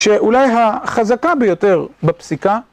שאולי החזקה ביותר בפסיקה.